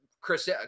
Chris